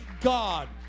God